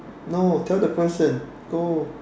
no tell the person go